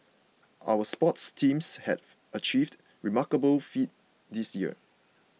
our sports teams have achieved remarkable feats this year